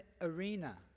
arena